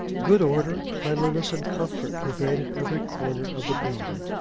good order, cleanliness, and comfort, pervaded every corner of the building.